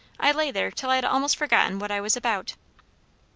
i lay there till i had almost forgotten what i was about.